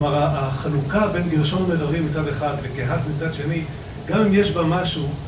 כלומר, החלוקה בין גרשון ומררי מצד אחד וקהת מצד שני, גם אם יש בה משהו...